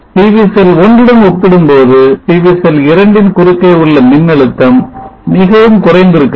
PV cell 1 உடன் ஒப்பிடும்போது PV cell 2 ன் குறுக்கே உள்ள மின்னழுத்தம் மிகவும் குறைந்திருக்கிறது